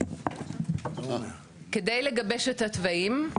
כדי לגבש את התוואים.